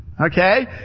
Okay